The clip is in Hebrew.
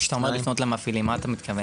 כשאתה אומר לפנות למפעילים, למה אתה מתכוון?